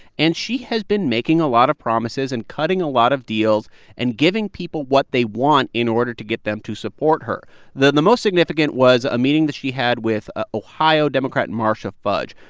and she has been making a lot of promises and cutting a lot of and giving people what they want in order to get them to support her the the most significant was a meeting that she had with ah ohio democrat marcia fudge.